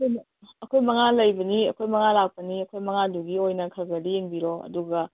ꯑꯩꯈꯣꯏ ꯃꯉꯥ ꯂꯩꯕꯅꯤ ꯑꯩꯈꯣꯏ ꯃꯉꯥ ꯂꯥꯛꯄꯅꯤ ꯑꯩꯈꯣꯏ ꯃꯉꯥꯗꯨꯒꯤ ꯑꯣꯏꯅ ꯈꯔ ꯈꯔꯗꯤ ꯌꯦꯡꯕꯤꯔꯣ ꯑꯗꯨꯒ